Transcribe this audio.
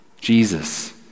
Jesus